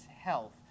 health